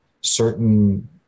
certain